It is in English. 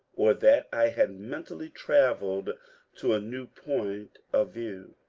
or that i had mentally travelled to a new point of view,